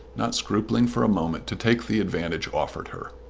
not scrupling for a moment to take the advantage offered her.